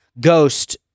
ghost